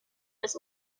was